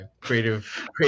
creative